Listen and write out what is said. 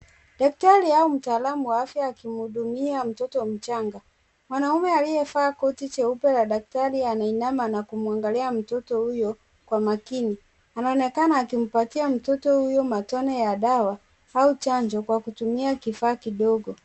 Daktari au mtaalum wa afya akimuhudumia mtoto mchanga, mwanaume aliyevaa koti jeupe ya daktari anainama na kumwangalia mtoto huyo Kwa makani, anaonekana akimpatia mtoto matone ya dawa au chanjo Kwa kutumia kifaa kidogo.